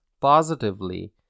positively